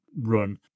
run